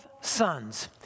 sons